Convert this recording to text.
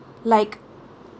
like